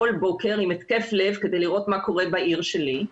כל בוקר כדי לראות מה קורה בעיר שלי,